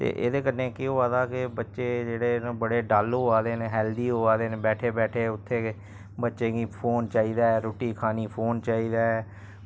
ते एह्दे कन्नै केह् होआ दा कि बच्चे जेह्ड़े न बड़े डल्ल होआ दे अनहैल्थी होआ दे न बैठे बैठे उत्थै गै बच्चें गी फोन चाहिदा ऐ रुट्टी खानी फोन चाहिदा ऐ